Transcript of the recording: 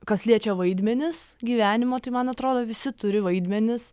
kas liečia vaidmenis gyvenimo tai man atrodo visi turi vaidmenis